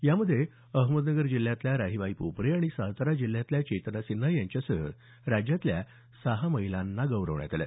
यामध्ये अहमदनगर जिल्ह्यातल्या राहीबाई पोपरे आणि सातारा जिल्ह्यातल्या चेतना सिन्हा यांच्यासह राज्यातल्या सहा महिलांना गौरवण्यात आलं